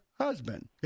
husband